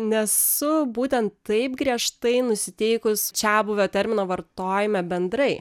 nesu būtent taip griežtai nusiteikus čiabuvio termino vartojame bendrai